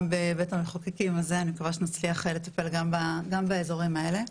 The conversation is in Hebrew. גם בבית המחוקקים הזה אני מקווה שנצליח לטפל גם באזורים האלה.